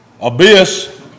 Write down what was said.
Abyss